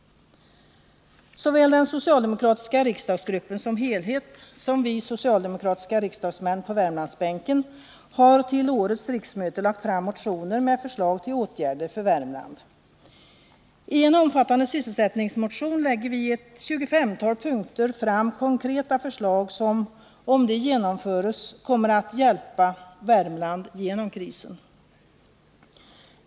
§ Såväl den socialdemokratiska riksdagsgruppen som helhet som vi socialdemokratiska riksdagsmän på Värmlandsbänken har vid årets riksmöte väckt motioner med förslag till åtgärder för Värmland. I en omfattande sysselsättningsmotion lägger vi i ett tjugofemtal punkter fram konkreta förslag som, om de genomförs, kommer att hjälpa Värmland genom krisen.